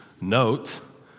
Note